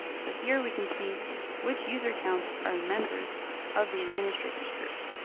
so here we can see which user accounts are members of the administrator's group.